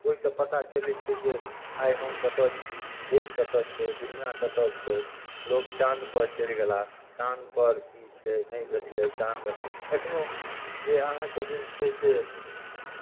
ओहिसँ पता चलै छै जे आइ हम कतऽ छी देश कतऽ छै दुनिआँ कतऽ छै लोक चाँदपर चलि गेलाह चाँदपर की छै नहि भेटलै चाँद एखनो जे अहाँके जे छै से